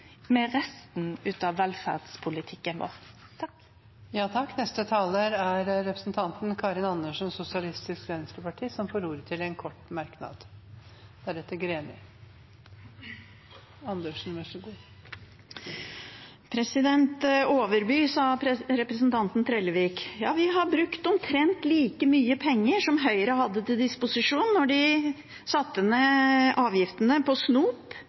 med resten av velferdspolitikken vår. Representanten Karin Andersen har hatt ordet to ganger tidligere og får ordet til en kort merknad, begrenset til 1 minutt. Overby, sa representanten Trellevik. Ja, vi har brukt omtrent like mye penger som Høyre hadde til disposisjon da de satte ned avgiftene på snop,